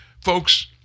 Folks